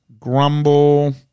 grumble